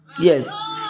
yes